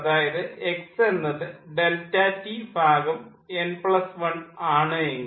അതായത് X എന്നത് ∆T n1 ആണ് എങ്കിൽ